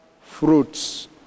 fruits